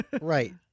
Right